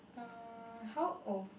mm how oh